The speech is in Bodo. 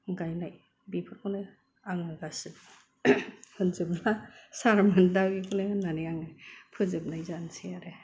गायनाय बेफोरखौनो आङो गासै होनजोबला सारमोन दा बेखौनो होननानै आं फोजोबनाय जानोसै आरो